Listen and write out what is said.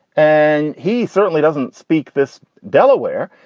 and he certainly doesn't speak this delaware.